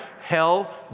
hell